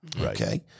Okay